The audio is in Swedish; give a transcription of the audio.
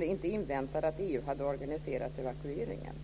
inte inväntade att EU hade organiserat evakueringen.